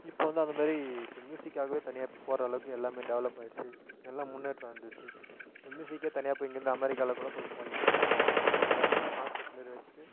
இப்போது வந்து அந்த மாதிரி இப்போது மியுசிக்காவே தனியாக இப்போது போகிற அளவுக்கு எல்லாமே டெவலப்பாயிடிச்சி எல்லாம் முன்னேற்றம் அடஞ்சிடிச்சு மியுசிக்கே தனியா போய் இங்கேருந்து அமெரிக்காவில் போய் போடலாம் அங்கே போய் தனியாக கான்சப்ட் மாரி வெச்சுட்டு